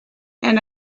and